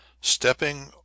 Stepping